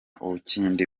uwinkindi